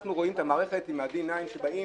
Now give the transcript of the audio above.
אנחנו רואים את המערכת כאשר באים